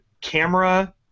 camera